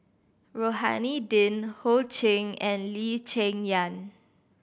Rohani Din Ho Ching and Lee Cheng Yan